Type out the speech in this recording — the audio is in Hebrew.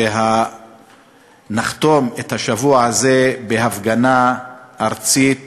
ונחתום את השבוע הזה בהפגנה ארצית